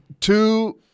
two